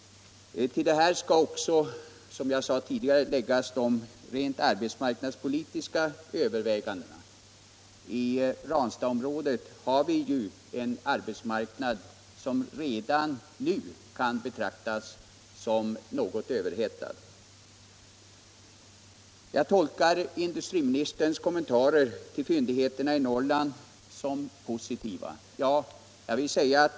Till detta skall också, som jag tidigare sade, läggas de rent arbetsmarknadspolitiska övervägandena. I Ranstadsområdet har vi en arbetsmarknad som redan nu kan betraktas som något överhettad. Jag tolkar industriministerns kommentarer till fyndigheterna i Norrland som positiva.